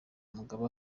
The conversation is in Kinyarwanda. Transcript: mugabe